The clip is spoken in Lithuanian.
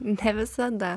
ne visada